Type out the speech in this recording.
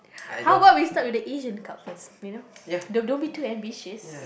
how about we start with the Asian Cup first you know don't don't be too ambitious